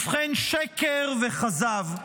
ובכן, שקר וכזב.